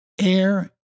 air